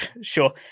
Sure